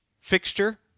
fixture